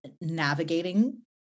navigating